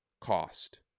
cost